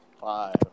Five